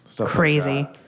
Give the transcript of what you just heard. Crazy